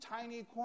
tiny